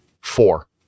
Four